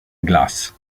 glace